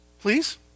please